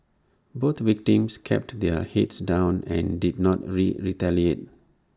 both victims kept their heads down and did not re retaliate